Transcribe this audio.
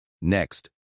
Next